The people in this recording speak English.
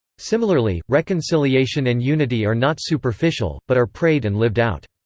similarly, reconciliation and unity are not superficial, but are prayed and lived out.